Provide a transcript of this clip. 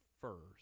first